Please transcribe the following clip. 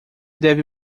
deve